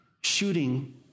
shooting